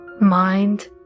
mind